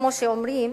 כמו שאומרים,